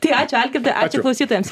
tai ačiū algirdai ačiū klausytojams